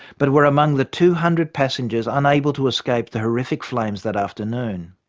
but were among the two hundred passengers unable to escape the horrific flames that afternoon.